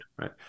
right